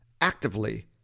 actively